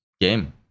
game